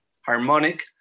harmonic